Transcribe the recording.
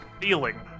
feeling